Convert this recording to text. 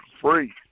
free